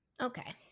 Okay